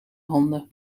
handen